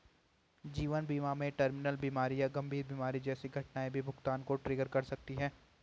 जीवन बीमा में टर्मिनल बीमारी या गंभीर बीमारी जैसी घटनाएं भी भुगतान को ट्रिगर कर सकती हैं